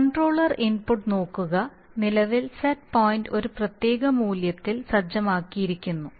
controller input നോക്കുക നിലവിൽ set point ഒരു പ്രത്യേക മൂല്യത്തിൽ സജ്ജമാക്കിയിരിക്കുന്നു